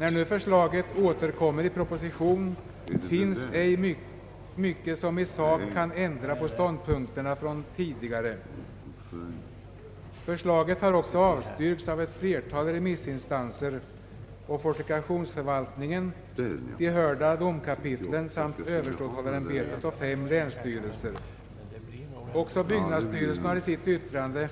När nu föreslaget återkommer i proposition finns inte mycket som i sak kan ändra på tidigare ståndpunkter. Förslaget har också avstyrkts av ett flertal remissinstanser — fortifikationsförvaltningen, de hörda domkapitlen samt Ööverståthållarämbetet och fem länsstyrelser. Byggnadsstyrelsen har själv i sitt yttrande